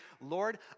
Lord